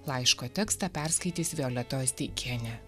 laiško tekstą perskaitys violeto osteikienė